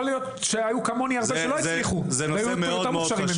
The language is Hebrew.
יכול להיות שהיו רבים כמוני שלא הצליחו והם היו יותר מוכשרים ממני.